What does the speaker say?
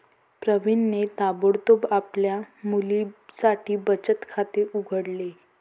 प्रवीणने ताबडतोब आपल्या मुलीसाठी बचत खाते उघडले